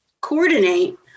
coordinate